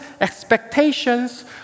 expectations